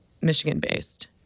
Michigan-based